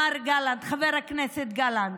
מר גלנט, חבר הכנסת גלנט: